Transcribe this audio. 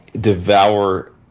devour